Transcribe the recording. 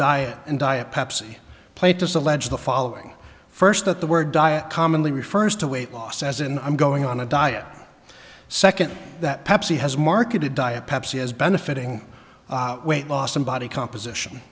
diet and diet pepsi plaintiffs allege the following first that the word diet commonly refers to weight loss as in i'm going on a diet second that pepsi has marketed diet pepsi as benefiting weight loss and body composition